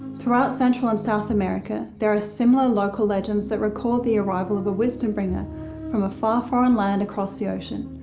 throughout central and south america, there are similar local legends that record the arrival of a wisdom bringer from a far, foreign land across the ocean.